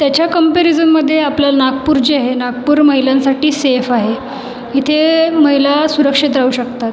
त्याच्या कम्पॅरिझनमध्ये आपलं नागपूर जे आहे नागपूर महिलांसाठी सेफ आहे इथे महिला सुरक्षित राहू शकतात